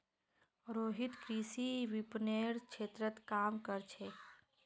रोहित कृषि विपणनेर क्षेत्रत काम कर छेक